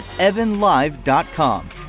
EvanLive.com